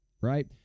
right